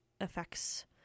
affects